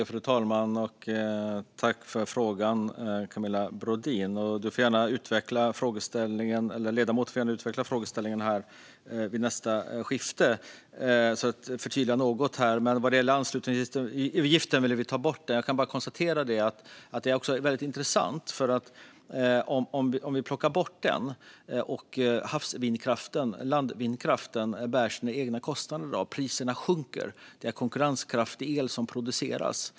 Fru talman! Jag tackar Camilla Brodin för frågan. Ledamoten får gärna utveckla frågeställningen i nästa replik och förtydliga något. När det gäller anslutningsavgiften vill vi ta bort den. Om vi plockar bort den och vindkraften till havs bär sina egna kostnader och priserna sjunker är det konkurrenskraftig el som produceras.